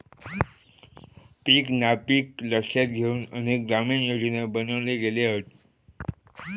पीक नापिकी लक्षात घेउन अनेक ग्रामीण योजना बनवले गेले हत